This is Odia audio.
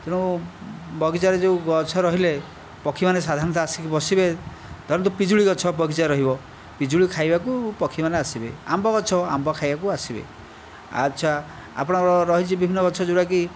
ତେଣୁ ବଗିଚାରେ ଯେଉଁ ଗଛ ରହିଲେ ପକ୍ଷୀମାନେ ସାଧାରଣତଃ ଆସିକି ବସିବେ ତାପରେ ତ ପିଜୁଳି ଗଛ ବଗିଚାରେ ରହିବ ପିଜୁଳି ଖାଇବାକୁ ପକ୍ଷୀମାନେ ଆସିବେ ଆମ୍ବ ଗଛ ଆମ୍ବ ଖାଇବାକୁ ଆସିବେ ଆଚ୍ଛା ଆପଣଙ୍କର ରହିଛି ବିଭିନ୍ନ ଗଛ ଯେଉଁଟା କି